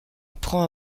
apprend